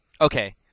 Okay